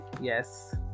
Yes